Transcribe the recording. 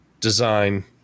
design